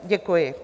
Děkuji.